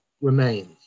remains